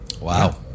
Wow